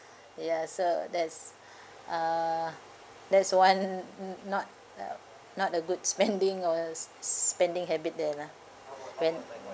ya so that's uh that's one mm not uh not a good spending or a s~ s~ spending habit there lah when